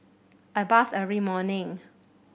I bathe every morning